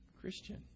Christian